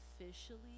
officially